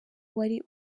wari